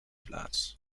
plaats